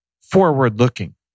forward-looking